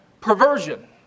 perversion